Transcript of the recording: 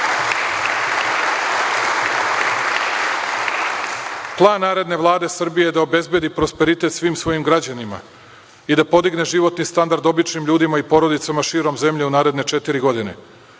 plan naredne Vlade Srbije je da obezbedi prosperitet svim svojim građanima i da podigne životni standard običnim ljudima i porodicama širom zemlje u naredne četiri godine.